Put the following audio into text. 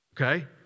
Okay